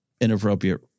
inappropriate